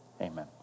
Amen